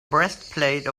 breastplate